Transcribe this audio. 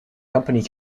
company